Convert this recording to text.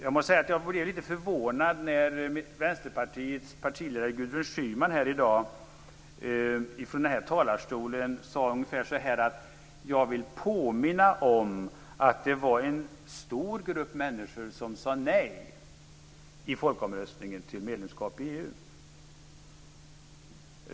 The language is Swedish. Jag måste säga att jag blev lite förvånad när Vänsterpartiets partiledare Gudrun Schyman i dag från denna talarstol sade att hon ville påminna om att det var en stor grupp människor som sade nej i folkomröstningen om medlemskap i EU.